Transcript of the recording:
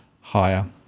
higher